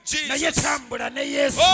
Jesus